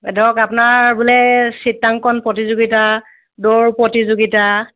ধৰক আপোনাৰ বোলে চিত্ৰাংকন প্ৰতিযোগিতা দৌৰ প্ৰতিযোগিতা